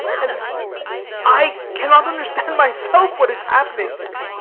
and i cannot understand myself what is happening to me.